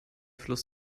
fluss